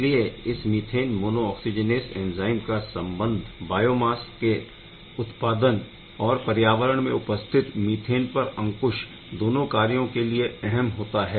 इसलिए इस methane monooxygenase enzyme का संबंध बायोमास के उत्पादन और पर्यावरण में उपस्थित मीथेन पर अंकुश दोनों कार्यों के लिए अहम होता है